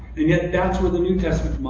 and yet, that's where the new testament